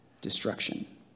destruction